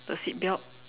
the seatbelt